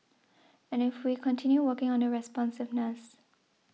and we will continue working on the responsiveness